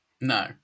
No